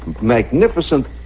magnificent